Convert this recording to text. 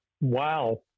wow